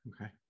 Okay